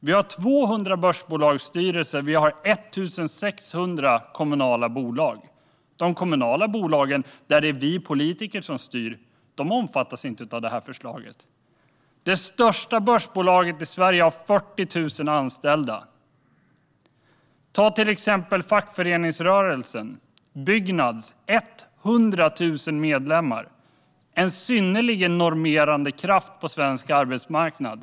Vi har 200 börsbolagsstyrelser, men vi har 1 600 kommunala bolag. De kommunala bolagen, där det är vi politiker som styr, omfattas inte av det här förslaget. Det största börsbolaget i Sverige har 40 000 anställda. Jämför med till exempel fackföreningsrörelsen! Byggnads har 100 000 medlemmar. Det är en synnerligen normerande kraft på svensk arbetsmarknad.